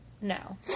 No